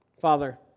Father